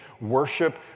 worship